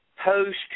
Post